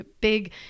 big